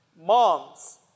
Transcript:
moms